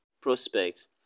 prospects